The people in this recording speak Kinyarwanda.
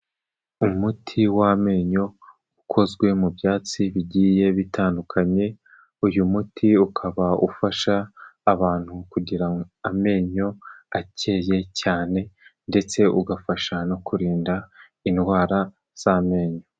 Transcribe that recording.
Umuti w'amenyo ukozwe mu byatsi bigiye bitandukanye, uyu muti ukaba ufasha abantu kugira amenyo akeye cyane ndetse ugafasha no kurinda indwara z'amenyo.